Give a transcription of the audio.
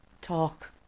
talk